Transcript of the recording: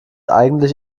eigentlich